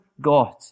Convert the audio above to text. God